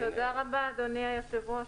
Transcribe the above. תודה רבה, אדוני היושב-ראש.